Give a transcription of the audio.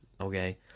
okay